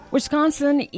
Wisconsin